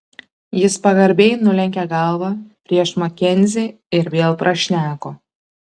jis pagarbiai nulenkė galvą prieš makenzį ir vėl prašneko